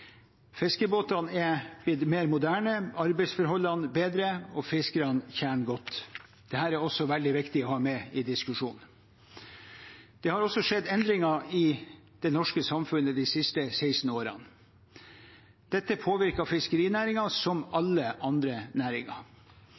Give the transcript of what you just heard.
Fiskebåtene er blitt mer moderne, arbeidsforholdene bedre, og fiskerne tjener godt. Dette er også veldig viktig å ha med i diskusjonen. Det har også skjedd endringer i det norske samfunnet de siste 16 årene. Dette påvirker fiskerinæringen som alle andre næringer.